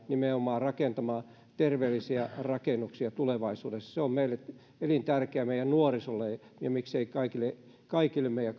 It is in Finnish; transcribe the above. nimenomaan ammattiosaajia rakentamaan terveellisiä rakennuksia tulevaisuudessa se on meille elintärkeää meidän nuorisolle ja miksei kaikille kaikille meidän